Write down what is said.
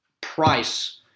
price